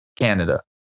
canada